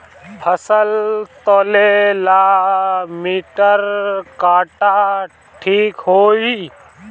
फसल तौले ला मिटर काटा ठिक होही?